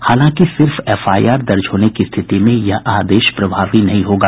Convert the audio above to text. हालांकि सिर्फ एफआईआर दर्ज होने की स्थिति में यह आदेश प्रभावी नहीं होगा